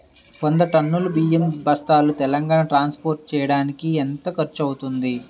వంద టన్నులు బియ్యం బస్తాలు తెలంగాణ ట్రాస్పోర్ట్ చేయటానికి కి ఎంత ఖర్చు అవుతుంది?